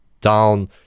down